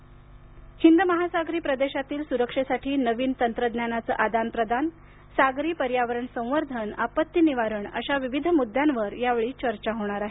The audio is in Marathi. भारतीय सागरी प्रदेशातील सुरक्षेसाठी नवीन तंत्रज्ञानाचं आदान प्रदान सागरी पर्यावरण संवर्धन आपत्ती निवारण अशा विविध मुद्द्यावर या वेळी चर्चा होणार आहे